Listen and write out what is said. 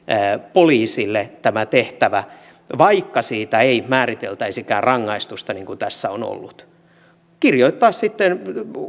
poliisille ja vaikka siitä ei määriteltäisikään rangaistusta niin kuin tässä on ollut voisi kirjoittaa sitten